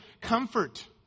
comfort